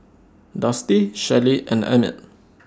Dusty Shelly and Emmit